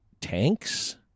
tanks